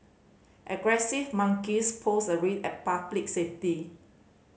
aggressive monkeys pose a risk and public safety